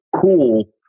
cool